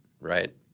right